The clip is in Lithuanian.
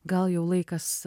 gal jau laikas